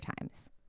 times